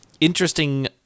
interesting